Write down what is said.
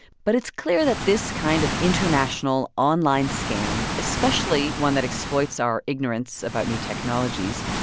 but it's clear that this kind of international online scam, especially one that exploits our ignorance about new technologies,